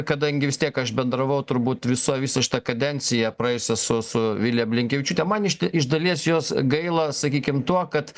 kadangi vis tiek aš bendravau turbūt visoj visą šitą kadenciją praėjusią su su vilija blinkevičiūte man išt iš dalies jos gaila sakykim tuo kad